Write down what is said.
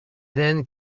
then